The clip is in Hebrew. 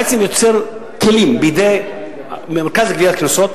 החוק בעצם יוצר כלים בידי המרכז לגביית קנסות